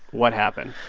what happened?